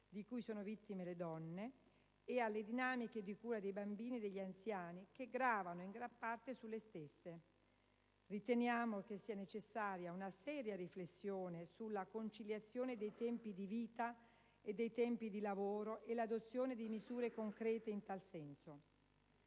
di cui sono vittime le donne e alle dinamiche di cura dei bambini e degli anziani che gravano in gran parte sulle stesse. Riteniamo che sia necessaria una seria riflessione sulla conciliazione dei tempi di vita e dei tempi di lavoro e l'adozione di misure concrete in tal senso.